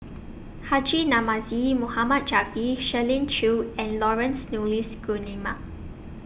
Haji Namazie Mohammad Javad Shirley Chew and Laurence Nunns Guillemard